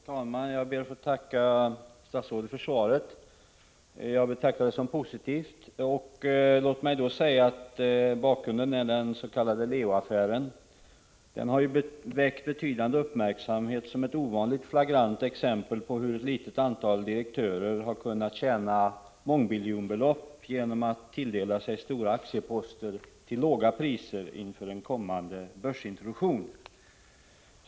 Herr talman! Jag ber att få tacka statsrådet för svaret. Jag betraktar det som positivt. Låt mig säga att bakgrunden till frågan är den s.k. Leo-affären. Den har väckt betydande uppmärksamhet som ett ovanligt flagrant exempel på hur ett litet antal direktörer har kunnat tjäna mångmiljonbelopp genom att tilldela sig stora aktieposter till låga priser inför en kommande börsintroduktion.